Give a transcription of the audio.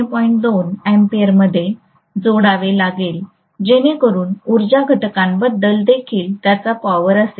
2 अँपिअरमध्ये जोडावे लागेल जेणेकरून उर्जा घटकांबद्दल देखील त्यांचा पॉवर असेल